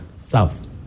South